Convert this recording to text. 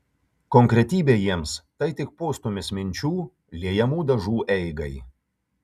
konkretybė jiems tai tik postūmis minčių liejamų dažų eigai